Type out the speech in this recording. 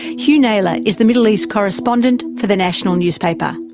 hugh naylor is the middle east correspondent for the national newspaper.